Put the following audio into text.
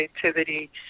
creativity